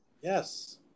Yes